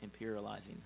imperializing